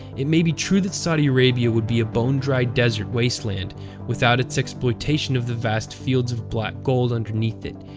it may be true that saudi arabia would be a bone-dry desert wasteland without it's exploitation of the vast fields of black gold underneath it,